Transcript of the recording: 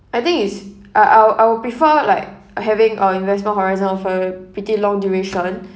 I think is I I'll I will prefer like uh having a investment horizon of a pretty long duration